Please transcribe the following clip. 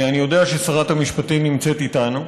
אני יודע ששרת המשפטים נמצאת איתנו,